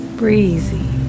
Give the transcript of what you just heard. breezy